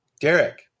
Derek